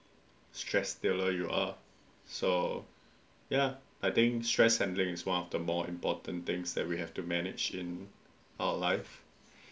stress dealer you are so ya I think stress handling is one of the more important things that we have to manage in our lives